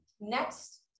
next